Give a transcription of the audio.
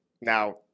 Now